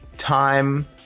Time